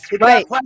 right